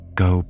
go